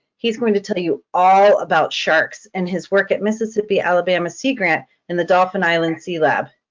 he's going to tell you all about sharks and his work at mississippi, alabama sea grant in the dauphin island sea lab.